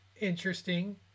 Interesting